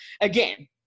Again